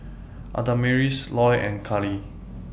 Adamaris Loy and Cali